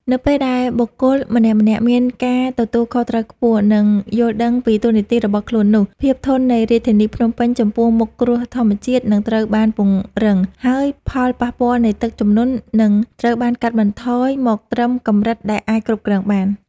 នៅពេលដែលបុគ្គលម្នាក់ៗមានការទទួលខុសត្រូវខ្ពស់ និងយល់ដឹងពីតួនាទីរបស់ខ្លួននោះ ភាពធន់នៃរាជធានីភ្នំពេញចំពោះមុខគ្រោះធម្មជាតិនឹងត្រូវបានពង្រឹង ហើយផលប៉ះពាល់នៃទឹកជំនន់នឹងត្រូវបានកាត់បន្ថយមកត្រឹមកម្រិតដែលអាចគ្រប់គ្រងបាន។